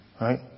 right